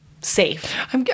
safe